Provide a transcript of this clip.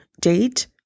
date